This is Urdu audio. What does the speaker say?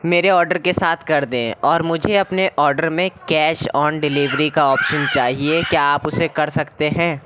میرے آڈر کے ساتھ کردیں اور مجھے اپنے آڈر میں کیش آن ڈیلیوری کا آپشن چاہیے کیا آپ اُسے کر سکتے ہیں